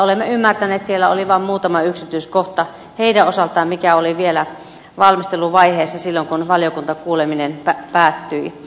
olemme ymmärtäneet että siellä oli vain muutama yksityiskohta heidän osaltaan mitkä olivat vielä valmisteluvaiheessa silloin kun valiokuntakuuleminen päättyi